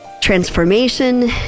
transformation